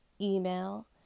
email